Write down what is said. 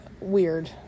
weird